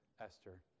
Esther